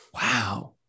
Wow